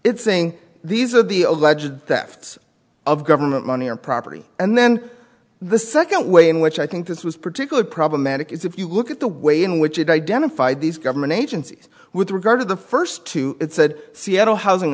it's saying these are the alleged theft of government money or property and then the second way in which i think this was particularly problematic is if you look at the way in which it identified these government agencies with regard to the first two it said seattle housing